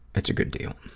it's a good deal.